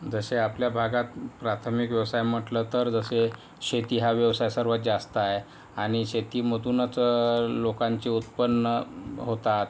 जसे आपल्या भागात प्राथमिक व्यवसाय म्हटलं तर जसे शेती हा व्यवसाय सर्वांत जास्त आहे आणि शेतीमधूनच लोकांचे उत्पन्न होतात